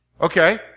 Okay